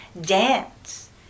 Dance